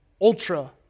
ultra